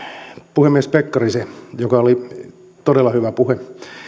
puhemies pekkarisen jolla oli todella hyvä puhe